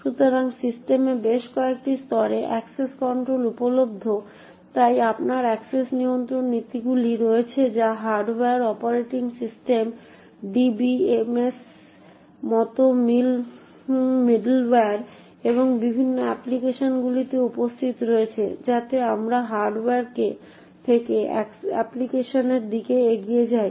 সুতরাং সিস্টেমে বেশ কয়েকটি স্তরে অ্যাক্সেস কন্ট্রোল উপলব্ধ তাই আপনার অ্যাক্সেস নিয়ন্ত্রণ নীতিগুলি রয়েছে যা হার্ডওয়্যার অপারেটিং সিস্টেম ডিবিএমএসের মতো মিডলওয়্যার এবং বিভিন্ন অ্যাপ্লিকেশনগুলিতে উপস্থিত রয়েছে যাতে আমরা হার্ডওয়্যার থেকে অ্যাপ্লিকেশনের দিকে এগিয়ে যাই